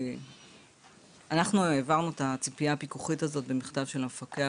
אנחנו העברנו את הציפייה הפיקוחית הזו במכתב של המפקח